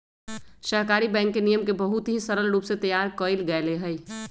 सहकारी बैंक के नियम के बहुत ही सरल रूप से तैयार कइल गैले हई